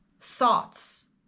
thoughts